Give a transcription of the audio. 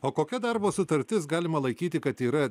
o kokia darbo sutartis galima laikyti kad yra